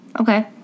okay